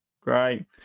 Great